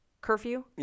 curfew